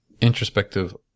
introspective